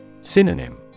Synonym